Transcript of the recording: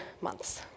months